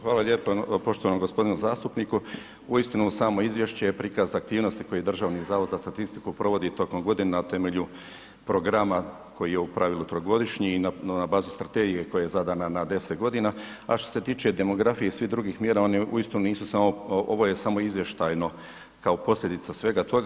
Hvala lijepo poštovanom gospodinu zastupniku, uistinu samo izvješće je prikaz aktivnosti koji Državni zavod za statistiku provodi tokom godine na temelju programa koji je u pravilu trogodišnji i na bazi strategije koja je zadana na 10 godina, a što se tiče demografije i svih drugih mjere one uistinu nisu samo, ovo je samo izvještajno kao posljedica svega toga.